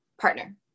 partner